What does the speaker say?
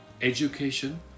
education